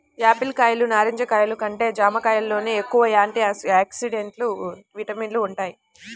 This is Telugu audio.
యాపిల్ కాయలు, నారింజ కాయలు కంటే జాంకాయల్లోనే ఎక్కువ యాంటీ ఆక్సిడెంట్లు, విటమిన్లు వుంటయ్